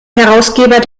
herausgeber